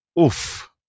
oof